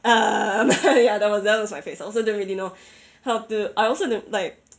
um ya that was that was my face also don't really know how to I also don't like